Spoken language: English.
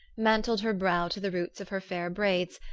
mantled her brow to the roots of her fair braids,